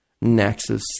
Nexus